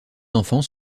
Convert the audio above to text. enfants